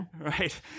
Right